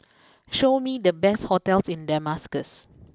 show me the best hotels in Damascus